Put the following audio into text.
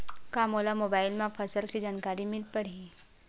का मोला मोबाइल म फसल के जानकारी मिल पढ़ही?